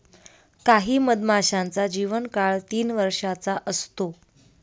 काही मधमाशांचा जीवन काळ तीन वर्षाचा असतो